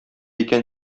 икән